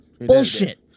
Bullshit